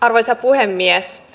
arvoisa puhemies